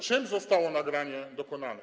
Czym zostało nagranie dokonane?